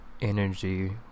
energy